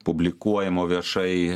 publikuojamų viešai